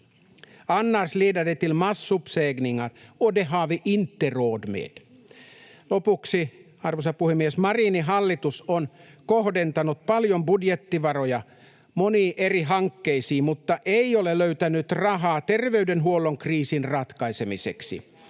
råd med. Arvoisa puhemies! Marinin hallitus on kohdentanut paljon budjettivaroja moniin eri hankkeisiin mutta ei ole löytänyt rahaa terveydenhuollon kriisin ratkaisemiseksi.